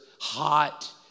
hot